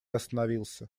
остановился